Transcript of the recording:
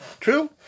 True